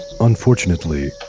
Unfortunately